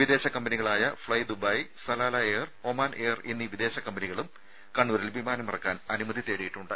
വിദേശ കമ്പനികളായ fly Dubai Salalah air Oman air എന്നീ വിദേശ കമ്പനികളും കണ്ണൂരിൽ വിമാനമിറക്കാൻ അനുമതി തേടിയിട്ടുണ്ട്